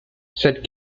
said